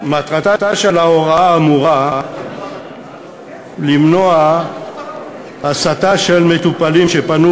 מטרתה של ההוראה האמורה למנוע הסטה של מטופלים שפנו